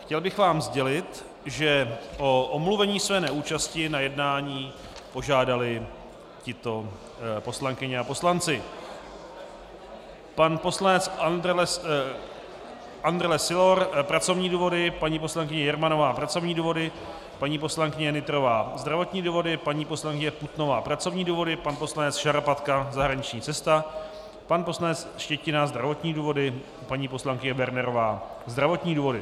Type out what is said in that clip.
Chtěl bych vám sdělit, že o omluvení své neúčasti na jednání požádali tito poslanci a poslankyně: pan poslanec Andrle Sylor pracovní důvody, paní poslankyně Jermanová pracovní důvody, paní poslankyně Nytrová zdravotní důvody, paní poslankyně Putnová pracovní důvody, pan poslanec Šarapatka zahraniční cesta, pan poslanec Štětina zdravotní důvody, paní poslankyně Wernerová zdravotní důvody.